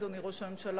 אדוני ראש הממשלה,